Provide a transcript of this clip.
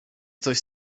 coś